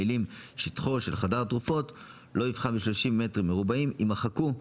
המילים "שטחו של חדר התרופות לא יפחת מ-30 מטרים מרובעים" יימחקו.